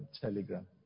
Telegram